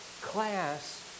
class